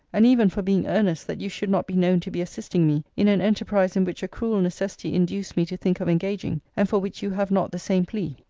and even for being earnest that you should not be known to be assisting me in an enterprise in which a cruel necessity induced me to think of engaging and for which you have not the same plea.